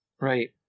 right